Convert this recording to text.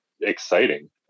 exciting